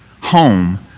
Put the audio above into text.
home